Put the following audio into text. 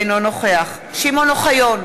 אינו נוכח שמעון אוחיון,